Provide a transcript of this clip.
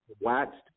Waxed